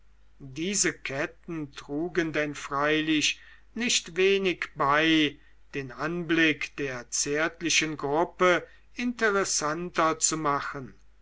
diese ketten trugen denn freilich nicht wenig bei den anblick der zärtlichen gruppe interessanter zu machen